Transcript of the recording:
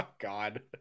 God